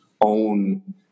own